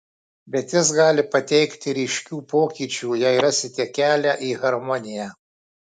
bet jis gali pateikti ryškių pokyčių jei rasite kelią į harmoniją